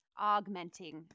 Augmenting